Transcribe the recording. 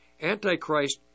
Antichrist